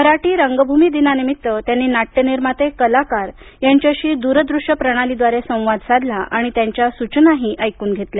मराठी रंगभूमीदिनानिमित्त त्यांनी नाट्य निर्माते कलाकार यांच्याशी दूरदृश्य प्रणालीद्वारे संवाद साधला आणि त्यांच्या सूचनाही ऐकून घेतल्या